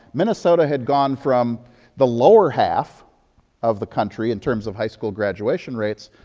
minnesota had gone from the lower half of the country, in terms of high school graduation rates,